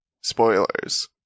spoilers